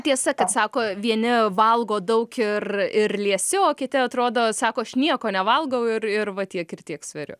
tiesa kad sako vieni valgo daug ir ir liesiau o kiti atrodo sako aš nieko nevalgau ir ir va tiek ir tiek sveriu